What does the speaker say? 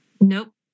Nope